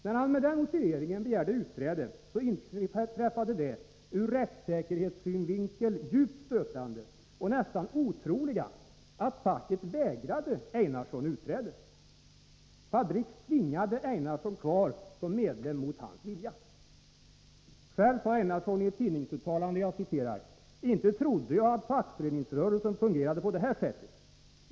När han med den motiveringen begärde utträde inträffade det ur rättssäkerhetssynvinkel djupt stötande och nästan otroliga att facket vägrade Ejnarsson utträde. Fabriks tvingade Ejnarsson kvar som medlem mot hans vilja. Själv sade Ejnarsson i ett tidningsuttalande: ”Inte trodde jag att fackföreningsrörelsen fungerade på det här sättet.